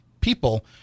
people